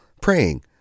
praying